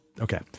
Okay